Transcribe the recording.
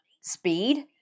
speed